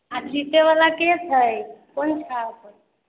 आ जीतै बला के छै कोन छाप